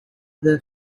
the